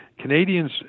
Canadians